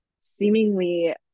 seemingly